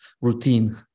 routine